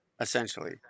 essentially